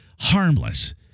harmless